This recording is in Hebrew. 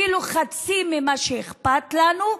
אפילו חצי ממה שאכפת לנו,